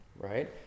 right